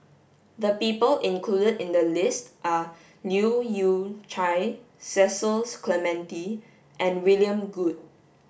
the people included in the list are Leu Yew Chye Cecil Clementi and William Goode